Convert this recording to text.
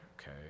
Okay